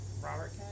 Robert